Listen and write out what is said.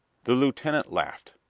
the lieutenant laughed.